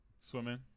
Swimming